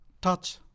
touch